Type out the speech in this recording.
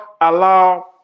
allow